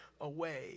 away